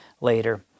later